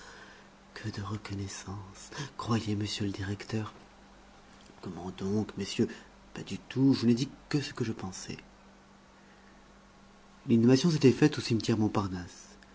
que de reconnaissance croyez monsieur le directeur comment donc messieurs pas du tout je n'ai dit que ce que je pensais l'inhumation s'était faite au cimetière montparnasse